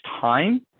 time